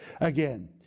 Again